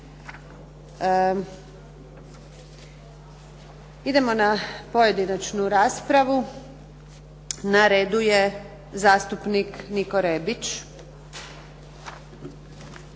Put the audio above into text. Idemo na pojedinačnu raspravu. Na redu je zastupnik Niko Rebić.